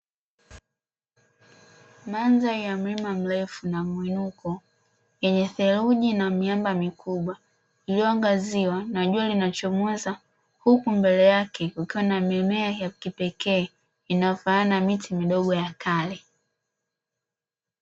Mandhari ya mlima mrefu na mwinuko yenye theluji na miamba mikubwa, iliyo angazia na jua linachomoza, huku mbele yake kukiwa na mimea ya kipekee inayofanana na miti midogo ya kale.